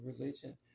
religion